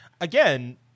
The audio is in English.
again